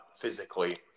physically